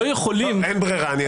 אין ברירה.